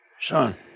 Son